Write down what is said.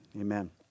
Amen